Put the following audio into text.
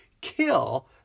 kill